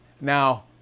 now